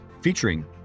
featuring